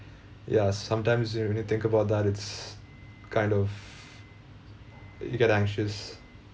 ya sometimes you when you think about that it's kind of you get anxious